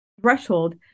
threshold